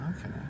Okay